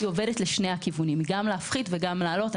עובדת לשני הכיוונים גם להפחית וגם להעלות.